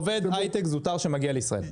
עובד היי-טק זוטר שמגיע לישראל.